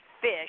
fish